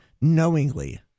knowingly